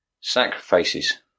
Sacrifices